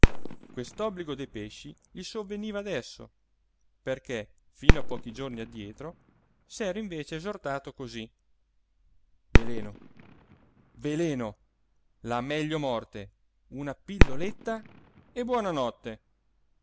quest'obbligo dei pesci gli sovveniva adesso perché fino a pochi giorni addietro s'era invece esortato cosí veleno veleno la meglio morte una pilloletta e